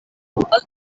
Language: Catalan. els